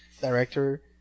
director